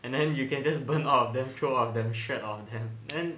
and then you can just burn all of them throw all of them shred all of them then